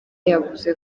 yavuze